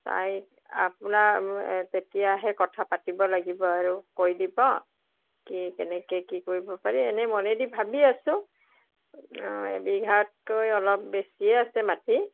চাই আপোনাৰ তেতিয়াহে কথা পাতিব লাগিব আৰু কৈ দিব কি কেনেকৈ কি কৰিব পাৰি এনেই মনেদি ভাবি আছো অঁ এবিঘাতকৈ অলপ বেছিয়েই আছে মাটি